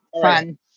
fun